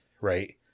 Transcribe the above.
right